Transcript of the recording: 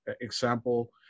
example